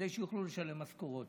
כדי שיוכלו לשלם משכורות,